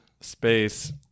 space